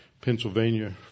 Pennsylvania